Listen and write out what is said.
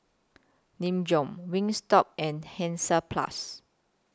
Nin Jiom Wingstop and Hansaplast